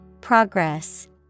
progress